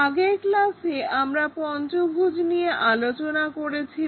আগের ক্লাসে আমরা পঞ্চভুজ নিয়ে আলোচনা করেছিলাম